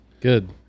good